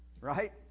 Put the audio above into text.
right